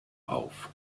auf